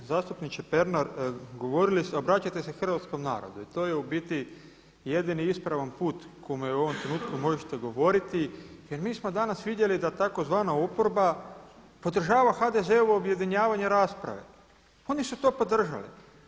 Vi zastupniče Pernar govorili ste, obraćate se hrvatskom narodu i to je u biti jedini ispravan put kome u ovom trenutku možete govoriti jer mi smo danas vidjeli da tzv. oporba podržava HDZ-ovo objedinjavanje rasprave, oni su to podržali.